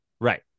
Right